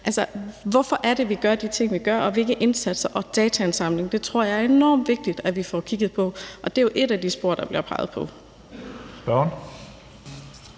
til hvorfor vi gør de ting, vi gør, og hvilke indsatser og dataindsamling der er. Det tror jeg er enormt vigtigt at vi får kigget på, og det er jo et af de spor, der bliver peget på.